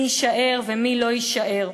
מי יישאר ומי לא יישאר: